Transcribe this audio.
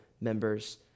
members